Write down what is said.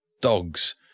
dogs